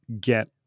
get